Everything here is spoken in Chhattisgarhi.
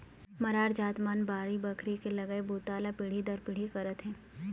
मरार जात मन बाड़ी बखरी के लगई बूता ल पीढ़ी दर पीढ़ी करत हे